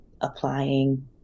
applying